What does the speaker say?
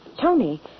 Tony